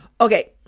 Okay